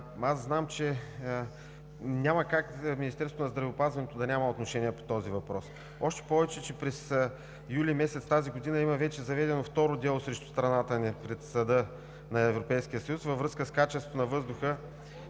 но знам, че няма как Министерството на здравеопазването да няма отношение по този въпрос, още повече че през месец юли тази година има вече заведено второ дело срещу страната ни пред Съда на Европейския съюз във връзка с качеството на въздуха